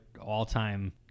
all-time